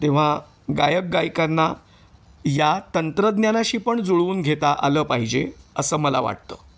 तेव्हा गायक गायिकांना या तंत्रज्ञानाशी पण जुळवून घेता आलं पाहिजे असं मला वाटतं